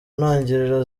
ntangiriro